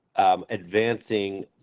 Advancing